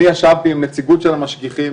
אני ישבתי עם נציגות של המשגיחים,